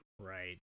Right